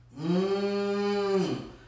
Mmm